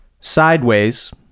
sideways